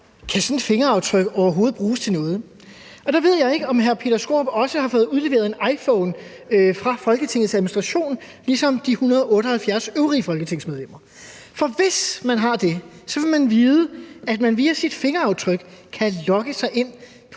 Kan sådan et fingeraftryk overhovedet bruges til noget? Jeg ved ikke, om hr. Peter Skaarup også har fået udleveret en iPhone af Folketingets Administration ligesom de 178 øvrige folketingsmedlemmer, for hvis man har det, vil man vide, at man via sit fingeraftryk kan logge sig ind på